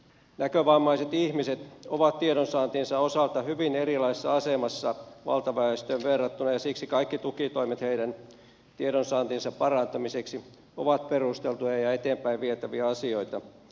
näkövammaiset ihmiset ovat tiedonsaantinsa osalta hyvin erilaisessa asemassa valtaväestöön verrattuna ja siksi kaikki tukitoimet heidän tiedonsaantinsa parantamiseksi ovat perusteltuja ja eteenpäin vietäviä asioita